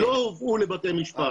לא הובאו לבתי משפט.